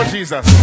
Jesus